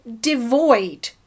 devoid